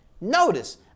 Notice